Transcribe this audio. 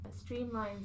streamlines